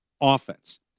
offense